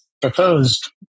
proposed